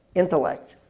intellect,